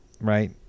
right